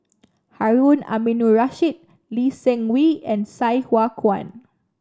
Harun Aminurrashid Lee Seng Wee and Sai Hua Kuan